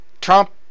Trump